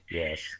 yes